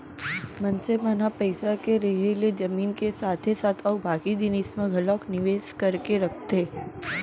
मनसे मन ह पइसा के रेहे ले जमीन के साथे साथ अउ बाकी जिनिस म घलोक निवेस करके रखथे